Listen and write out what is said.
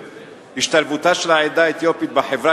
חבר הכנסת אופיר אקוניס וחבר הכנסת